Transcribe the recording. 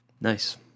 Nice